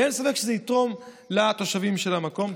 אין ספק שזה יתרום לתושבים של המקום.